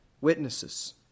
witnesses